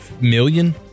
million